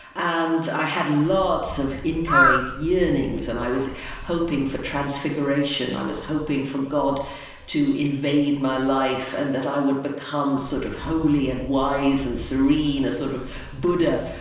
and i had lots of inchoate inchoate yearnings, and i was hoping for transfiguration. i was hoping for god to invade my life and that i would become sort of holy and wise and serene, a sort of buddha,